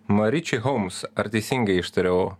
mariči houms ar teisingai ištariau